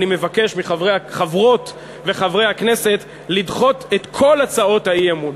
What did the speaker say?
אני מבקש מחברות וחברי הכנסת לדחות את כל הצעות האי-אמון.